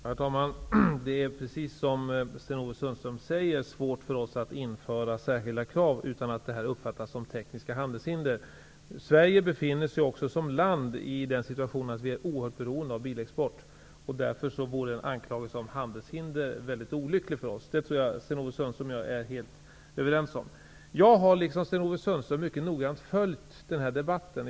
Herr talman! Det är precis som Sten-Ove Sundström säger svårt för oss att införa särskilda krav utan att detta uppfattas som tekniska handelshinder. Sverige befinner sig också som land i den situationen att vi är oerhört beroende av bilexport. Därför vore en anklagelse om handelshinder väldigt olycklig för oss. Det tror jag att Sten-Ove Sundström och jag är helt överens om. Jag har, liksom Sten-Ove Sundström, mycket noggrant följt den här debatten.